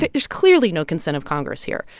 like there's clearly no consent of congress here.